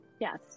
Yes